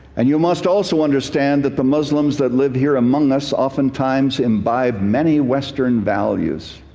and you must also understand that the muslims that live here among us often times imbibe many western values.